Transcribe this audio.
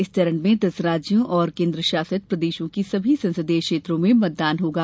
इस चरण में दस राज्यों और केंद्र शासित प्रदेशों के सभी संसदीय क्षेत्रों में मतदान होगा